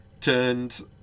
turned